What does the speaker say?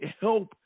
help